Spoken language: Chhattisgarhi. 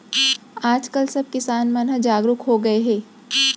आज काल सब किसान मन ह जागरूक हो गए हे